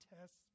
tests